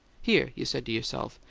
here, you said to yourself,